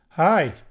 Hi